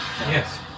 Yes